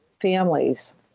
families